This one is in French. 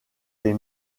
des